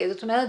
זאת אומרת,